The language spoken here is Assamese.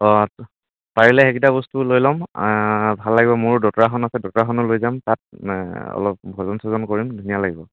অঁ পাৰিলে সেইগিটা বস্তুও লৈ ল'ম ভাল লাগিব মোৰো দতোৰা এখন আছে দতোৰাখনো লৈ যাম তাত অলপ ভজন চজন কৰিম ধুনীয়া লাগিব